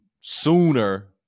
sooner